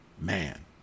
man